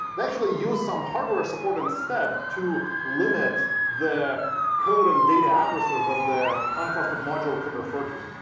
they actually use some hardware support instead to limit the code and data addresses that the untrusted module can refer to.